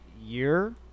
year